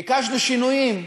ביקשנו שינויים,